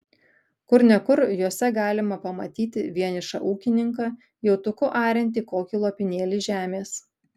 kur ne kur juose galima pamatyti vienišą ūkininką jautuku ariantį kokį lopinėlį žemės